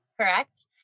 correct